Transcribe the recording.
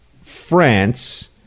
France